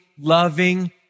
loving